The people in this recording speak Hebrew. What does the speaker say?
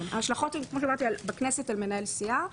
ההשלכות בכנסת הן, כמו שאמרתי, על מנהל סיעה.